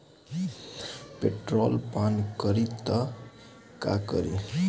Petrol पान करी त का करी?